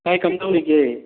ꯚꯥꯏ ꯀꯝꯗꯧꯔꯤꯒꯦ